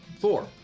four